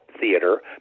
theater